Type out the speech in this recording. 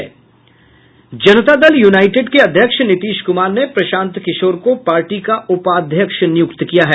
जनता Dal united के अध्यक्ष नितिश कुमार ने प्रशांत किशोर को पार्टी का उपाध्यक्ष नियुक्त किया है